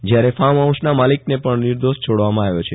જયારે ફાર્મહાઉસના માલિકને પણ નિર્દોષ છોડવામાં આવ્યો છે